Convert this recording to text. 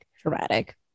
Dramatic